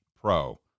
pro